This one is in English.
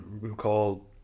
recall